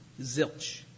zilch